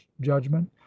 judgment